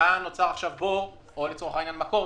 היה נוצר עכשיו "בור" או לצורך העניין מקור,